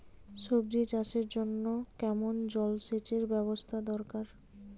সবজি চাষের জন্য কেমন জলসেচের ব্যাবস্থা দরকার?